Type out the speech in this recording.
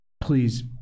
Please